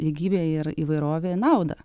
lygybė ir įvairovė naudą